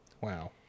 Wow